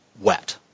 wet